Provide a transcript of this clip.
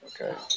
Okay